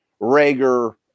Rager